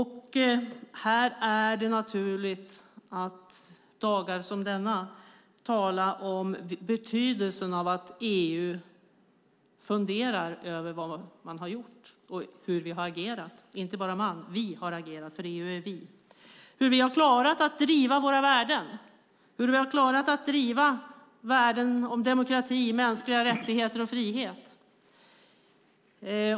Här är det naturligt att dagar som denna tala om betydelsen av att EU funderar över hur vi har agerat. Hur har vi klarat att driva värden om demokrati, mänskliga rättigheter och friheter?